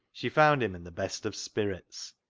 she found him in the best of spirits.